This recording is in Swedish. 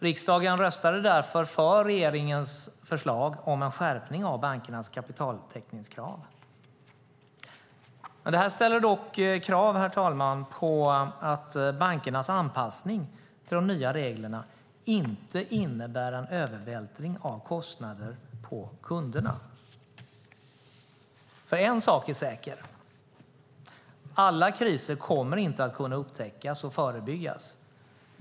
Riksdagen röstade därför för regeringens förslag om en skärpning av bankernas kapitaltäckningskrav. Detta ställer dock krav på att bankernas anpassning till de nya reglerna inte innebär en övervältring av kostnader på kunderna. En sak är säker, nämligen att alla kriser inte kommer att kunna upptäckas och förebyggas.